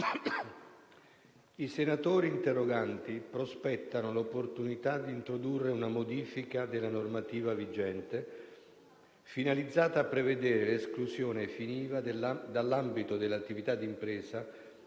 i senatori interroganti prospettano l'opportunità di introdurre una modifica alla normativa vigente finalizzata a prevedere esclusioni ai fini IVA dall'ambito dell'attività d'impresa